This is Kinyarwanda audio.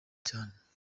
cyane